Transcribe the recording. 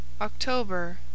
October